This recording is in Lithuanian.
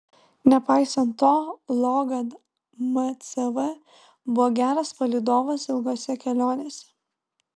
nepaisant to logan mcv buvo geras palydovas ilgose kelionėse